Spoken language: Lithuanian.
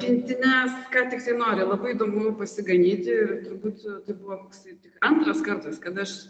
pintines ką tik tai nori labai įdomu pasiganyti ir turbūt tai buvo toksai tik antras kartas kad aš